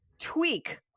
tweak